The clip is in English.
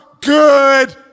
good